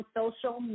social